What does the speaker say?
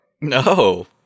No